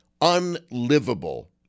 unlivable